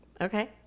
Okay